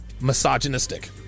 misogynistic